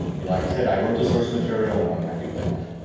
like said, i wrote the source material and i'm happy with that.